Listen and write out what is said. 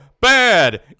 bad